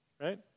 Right